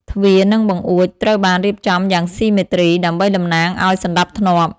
ទ្វារ និង បង្អួច ត្រូវបានរៀបចំយ៉ាងស៊ីមេទ្រី ដើម្បីតំណាងឱ្យសណ្តាប់ធ្នាប់។